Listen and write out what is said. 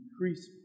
Increase